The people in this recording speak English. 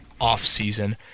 offseason